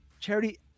charity